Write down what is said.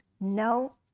No